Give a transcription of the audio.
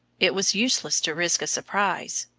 it was useless to risk a surprise.